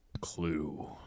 Clue